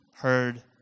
heard